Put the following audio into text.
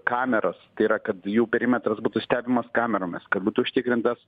kameras tai yra kad jų perimetras būtų stebimas kameromis kad būtų užtikrintas